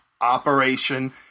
operation